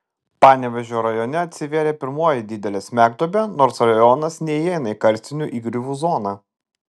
panevėžio rajone atsivėrė pirmoji didelė smegduobė nors rajonas neįeina į karstinių įgriuvų zoną